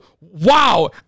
Wow